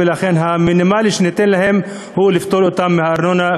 ולכן הדבר המינימלי שניתן להם זה פטור מארנונה.